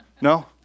No